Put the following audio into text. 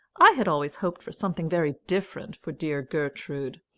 i had always hoped for something very different for dear gertrude.